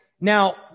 Now